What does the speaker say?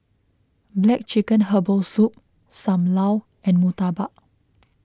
Black Chicken Herbal Soup Sam Lau and Murtabak